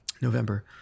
november